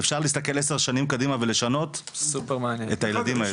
אפשר להסתכל עשר שנים קדימה ולשנות את הילדים האלו.